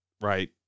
right